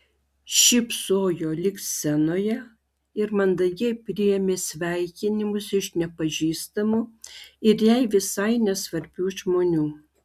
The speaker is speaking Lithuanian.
šypsojo lyg scenoje ir mandagiai priėmė sveikinimus iš nepažįstamų ir jai visai nesvarbių žmonių